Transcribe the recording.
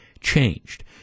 changed